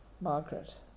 Margaret